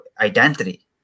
identity